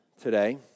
today